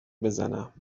بزنم